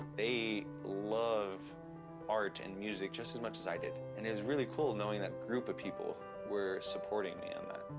they love art and music just as much as i did, and it was really cool knowing that group of people were supporting me on that.